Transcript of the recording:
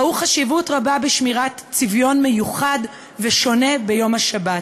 ראו חשיבות רבה בשמירת צביון מיוחד ושונה ביום השבת,